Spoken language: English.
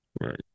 Right